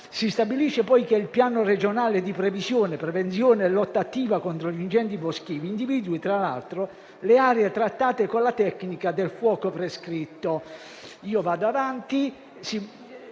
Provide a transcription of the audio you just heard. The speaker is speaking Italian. Si stabilisce poi che il Piano regionale di previsione, prevenzione e lotta attiva contro gli incendi boschivi individui, tra l'altro, le aree trattate con la tecnica del fuoco prescritto. Si precisa